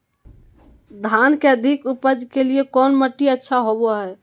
धान के अधिक उपज के लिऐ कौन मट्टी अच्छा होबो है?